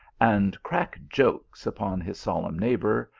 and crack jokes upon his solemn neighbour,